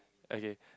okay